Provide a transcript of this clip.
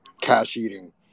cash-eating